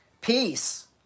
Peace